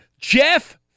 Jeff